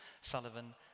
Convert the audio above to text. Sullivan